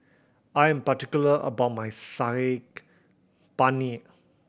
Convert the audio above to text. I am particular about my Saag Paneer